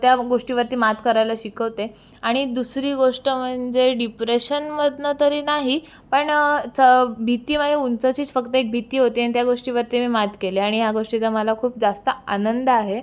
त्या गोष्टीवरती मात करायला शिकवते आणि दुसरी गोष्ट म्हणजे डिप्रेशनमधनं तरी नाही पण स भीती वाटते उंचीचीच एक फक्त भीती होती अन् त्या गोष्टीवरती मी मात केली आणि या गोष्टीचा मला खूप जास्त आनंद आहे